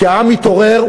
כי העם מתעורר,